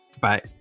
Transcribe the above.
Bye